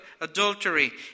adultery